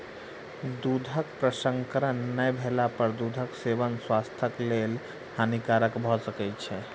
दूधक प्रसंस्करण नै भेला पर दूधक सेवन स्वास्थ्यक लेल हानिकारक भ सकै छै